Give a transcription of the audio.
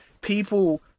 people